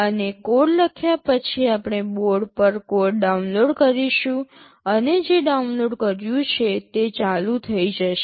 અને કોડ લખ્યા પછી આપણે બોર્ડ પર કોડ ડાઉનલોડ કરીશું અને જે ડાઉનલોડ કર્યું છે તે ચાલુ થઈ જશે